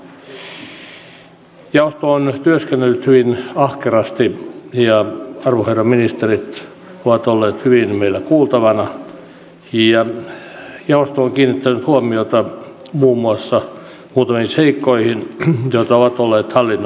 tämä heijastuu myös hallitusohjelman terveyttä ja hyvinvointia koskevan strategisen tavoitteen mukaisiin kärkihankkeisiin joissa toteutetaan muun muassa muutoin seikkoihin joita ovat olleet hallin